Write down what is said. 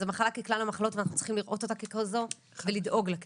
זאת מחלה ככלל המחלות ואנחנו צריכים לראות אותה כזו ולדאוג לה ככזאת.